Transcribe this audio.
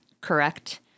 correct